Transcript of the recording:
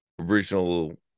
original